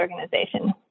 organization